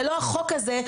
ללא החוק הזה,